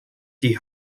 die